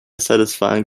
satisfying